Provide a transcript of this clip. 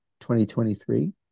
2023